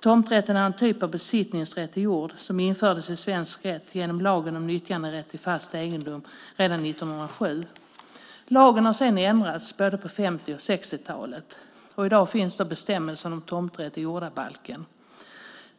Tomträtten är en typ av besittningsrätt i ord som infördes i svensk rätt genom lagen om nyttjanderätt till fast egendom redan 1907. Lagen har sedan ändrats på både 50 och 60-talet. I dag finns bestämmelsen om tomträtt i jordabalken.